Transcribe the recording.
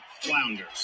flounders